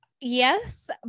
Yes